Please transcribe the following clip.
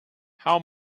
how